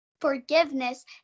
forgiveness